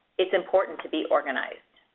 it's important to be organized.